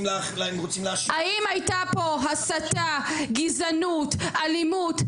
האם הייתה פה הסתה, גזענות, אלימות?